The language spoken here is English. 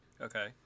Okay